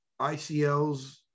ICLs